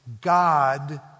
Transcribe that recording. God